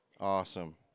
Awesome